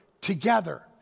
together